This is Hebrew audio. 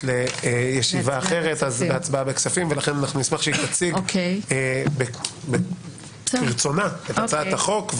לישיבה אחרת אז אנחנו נשמח שהיא תציג את הצעת החוק,